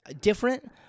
different